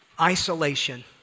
isolation